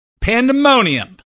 pandemonium